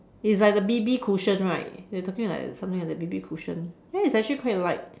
it's like the B_B cushion right you're talking like something like the B_B cushion ya it's actually quite light